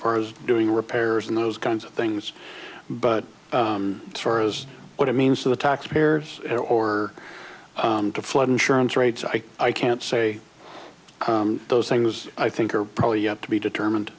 far as doing repairs and those kinds of things but as far as what it means to the taxpayers or to flood insurance rates i i can't say those things i think are probably yet to be determined